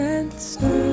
answer